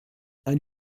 ein